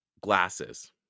glasses